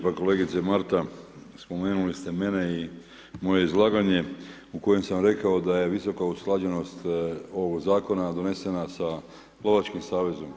Pa kolegice Marta spomenuli ste mene i moje izlaganje u kojem sam rekao da je visoka usklađenost ovog Zakona donesena sa Lovačkim savezom.